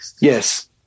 Yes